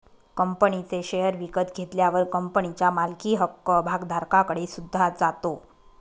कंपनीचे शेअर विकत घेतल्यावर कंपनीच्या मालकी हक्क भागधारकाकडे सुद्धा जातो